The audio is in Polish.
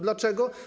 Dlaczego?